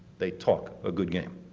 they talk a good game.